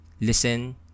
listen